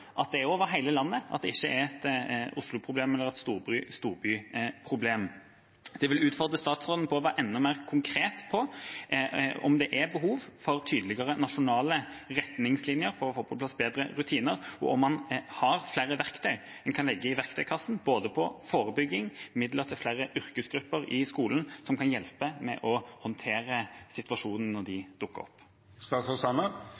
at det er over hele landet, og at det ikke er et Oslo-problem eller et storbyproblem. Jeg vil utfordre statsråden til å være enda mer konkret på om det er behov for tydeligere nasjonale retningslinjer for å få på plass bedre rutiner, og om han har flere verktøy en kan legge i verktøykassen – når det gjelder både forebygging og midler til flere yrkesgrupper i skolen som kan hjelpe med å håndtere situasjonene når